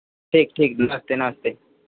ठीक ठीक नमस्ते नमस्ते